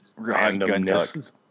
Randomness